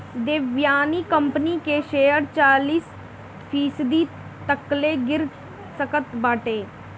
Devyani company के share चालीस फीसदी तकले गिर सकत बाटे